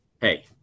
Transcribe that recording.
Hey